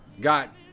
got